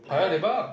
Paya-Lebar ah